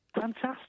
Fantastic